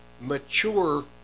mature